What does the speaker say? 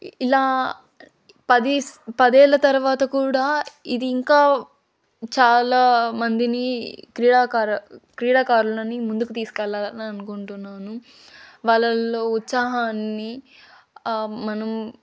ఇలా పది పదేళ్ళ తరవాత కూడా ఇది ఇంకా చాలా మందిని క్రీడాకార క్రీడాకారులని ముందుకు తీసుకెళ్ళాలని అనుకుంటున్నాను వాళ్ళల్లో ఉత్సాహాన్ని మనం